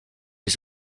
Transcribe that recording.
des